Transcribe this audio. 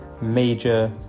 major